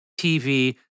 TV